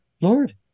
Lord